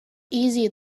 easy